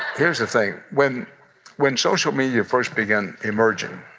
here's the thing. when when social media first began emerging,